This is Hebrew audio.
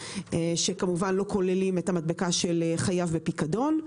שכמובן לא כוללים את המדבקה של "חייב בפיקדון".